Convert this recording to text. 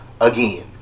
again